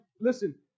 Listen